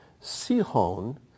Sihon